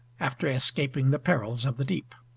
after escaping the perils of the deep.